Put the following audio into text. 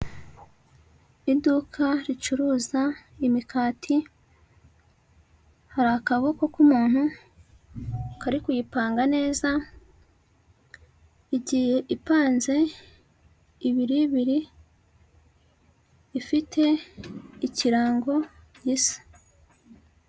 Iduka ricuruza imikati, hari akaboko k'umuntu kari kuyipanga neza, igiye ipanze ibiri ibiri, ifite ikirango gisa.